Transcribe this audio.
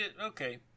okay